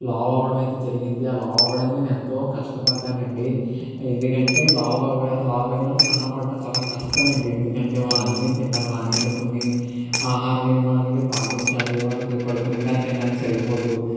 లావు అవ్వడం అయితే జరిగింది ఆ లావు అవ్వడానికి నేను ఎంతో కష్టపడ్డానండి ఎందుకంటే లావు అయి లావు అయినోళ్ళు సన్నపడ్డ చాలా కష్టం అండి ఎందుకంటే వాళ్ళు అన్ని తిండం మానేయాలి కొన్ని ఆహార నియమాలనేవి పాటించాలి వాళ్ళకి కడుపు నిండా తిండానికి సరిపోదు